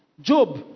Job